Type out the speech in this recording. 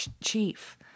chief